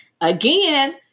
again